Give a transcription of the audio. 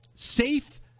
Safe